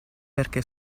perché